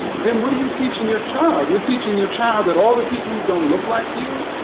then what are you teaching your child? you're teaching your child that all the people who don't look like you,